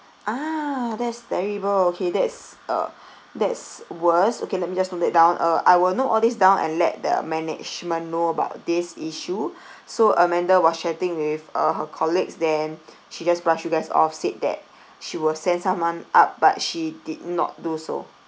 ah that's terrible okay that's uh that's worse okay let me just note that down uh I will note all these down and let the management know about this issue so amanda was chatting with uh her colleagues then she just brush you guys off said that she will send someone up but she did not do so